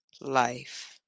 life